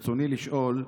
ברצוני לשאול: